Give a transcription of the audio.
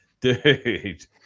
dude